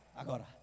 Agora